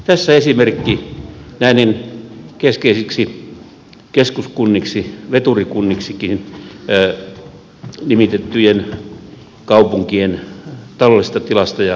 tässä esimerkki näiden keskeisiksi keskuskunniksi veturikunniksikin nimitettyjen kaupunkien taloudellisesta tilasta ja kantokyvystä